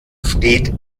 steht